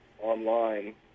online